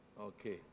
Okay